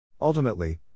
Ultimately